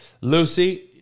Lucy